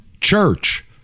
church